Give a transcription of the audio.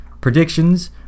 predictions